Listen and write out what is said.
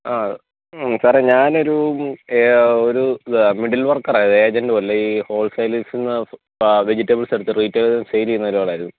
ആ സാറെ ഞാനൊരു ഒരു മിഡിൽ വർക്കറാ ഏജന്റ് പോലെ ഈ ഹോൾ സെയിലിസ്സിന്ന് വെജിറ്റബിൾസ് എടുത്തിട്ട് വെജിറ്റബിൾ സെയിൽ ചെയ്യുന്ന ഒരാളായിരുന്നു